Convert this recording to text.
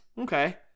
okay